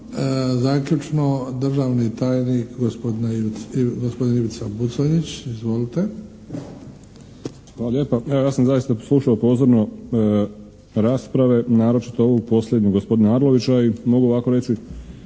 Zaključno, državni tajnik gospodin Ivica Buconjić. Izvolite. **Buconjić, Ivica (HDZ)** Hvala lijepa. Evo ja sam zaista slušao pozorno rasprave naročito ovu posljednju gospodina Arlovića i mogu ovako reći,